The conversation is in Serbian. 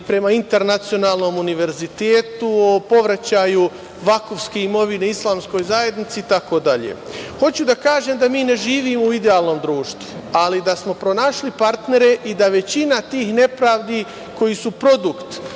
prema internacionalnom univerzitetu, o povraćaju vakufske imovine islamskoj zajednici itd. Hoću da kažem da mi ne živimo u idealnom društvu, ali da smo pronašli partnere i da većina tih nepravdi koje su produkt